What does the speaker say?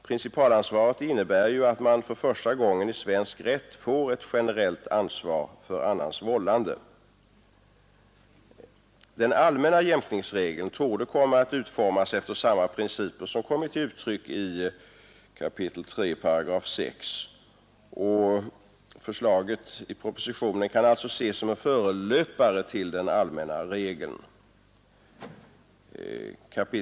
Principalansvaret innebär att man för första gången i svensk rätt får ett generellt ansvar för annans vållande. Den allmänna jämkningsregeln torde komma att utformas efter samma principer som kommit till uttryck i 3 kap. 6 §. Förslaget i propositionen kan alltså ses som en förelöpare till den allmänna regeln.